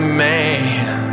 man